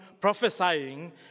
prophesying